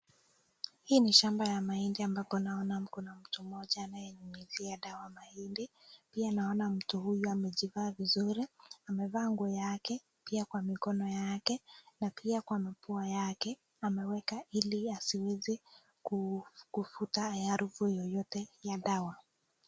Hii ni shamba ya mahidi amvabo naona Kuna mtu moya anaye pita dawa mahindi pia naona mtu huyu amejivaa vizuri amevaa nguo yake pia Kwa mkono yake na pia Kwa mapua yake ameweka hili asiwesekufutai hrufu yoyote ya dawa.